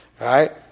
Right